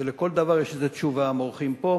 ולכל דבר יש תשובה: מורחים פה,